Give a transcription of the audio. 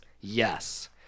yes